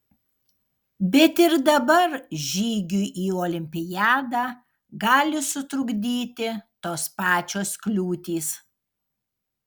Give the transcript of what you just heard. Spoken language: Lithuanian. bet ir dabar žygiui į olimpiadą gali sutrukdyti tos pačios kliūtys